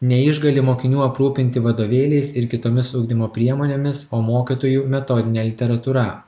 neišgali mokinių aprūpinti vadovėliais ir kitomis ugdymo priemonėmis o mokytojų metodine literatūra